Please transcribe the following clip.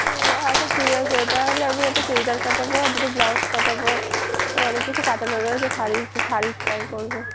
ও আচ্ছা ঠিক আছে তাহলে আমি এটা চুড়িদার কাটাবো আর দুটো ব্লাউজ কাটাবো অনেক কিছু কাটানো রয়েছে শাড়ি শাড়ি সেলাই করবো